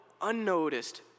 unnoticed